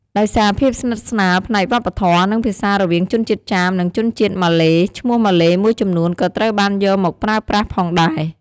ដោយសារភាពស្និទ្ធស្នាលផ្នែកវប្បធម៌ និងភាសារវាងជនជាតិចាម និងជនជាតិម៉ាឡេ ឈ្មោះម៉ាឡេមួយចំនួនក៏ត្រូវបានយកមកប្រើប្រាស់ផងដែរ។